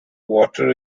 water